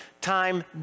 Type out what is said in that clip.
time